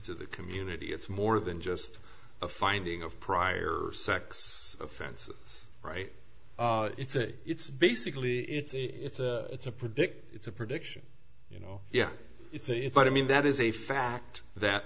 to the community it's more than just a finding of prior sex offenses right it's a it's basically it's a it's a it's a predict it's a prediction you know yeah it's a it's not i mean that is a fact that